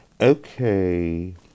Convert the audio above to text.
Okay